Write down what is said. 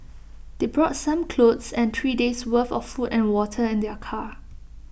they brought some clothes and three days' worth of food and water in their car